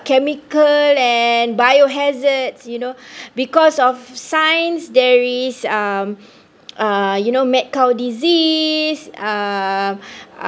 chemical and bio hazard you know because of science there's um uh you know mad cow disease uh